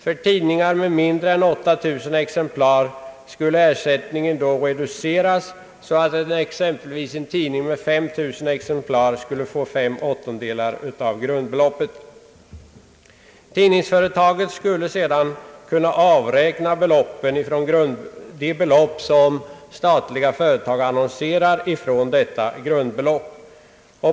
För tidningar med mindre än 8000 exemplar skulle ersättningen då reduceras, så att exempelvis en tidning med 5 000 exemplar skulle få fem åttondelar av grundbeloppet. Tidningsföretaget skulle sedan kunna avräkna de belopp som statliga företag annonserar för från detta grundbelopp.